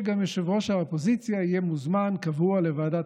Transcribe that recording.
גם יושב-ראש האופוזיציה יהיה מוזמן קבוע לוועדת